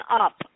up